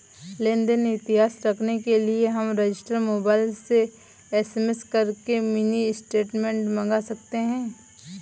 लेन देन इतिहास देखने के लिए हम रजिस्टर मोबाइल से एस.एम.एस करके मिनी स्टेटमेंट मंगा सकते है